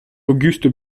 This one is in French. auguste